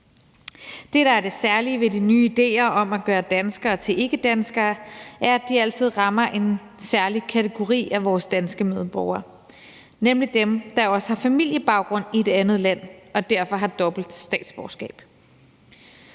Det, der er det særlige ved de nye idéer om at gøre danskere til ikkedanskere, er, at de altid rammer en særlig kategori af vores danske medborgere, nemlig dem, der også har familiebaggrund i et andet land og derfor har dobbelt statsborgerskab.